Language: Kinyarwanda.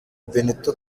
benito